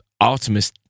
Artemis